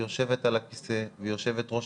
היא יושבת על הכיסא והיא יושבת ראש